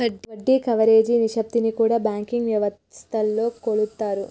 వడ్డీ కవరేజీ నిష్పత్తిని కూడా బ్యాంకింగ్ వ్యవస్థలో కొలుత్తారు